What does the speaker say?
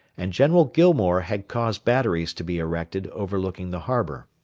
and general gillmore had caused batteries to be erected overlooking the harbour.